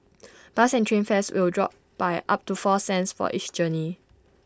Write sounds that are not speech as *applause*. *noise* bus and train fares will drop by up to four cents for each journey